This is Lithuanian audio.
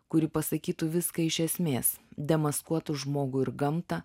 kuri pasakytų viską iš esmės demaskuotų žmogų ir gamtą